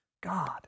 God